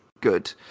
good